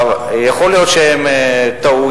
יכול להיות שהם טעו,